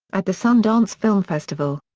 at the sundance film festival.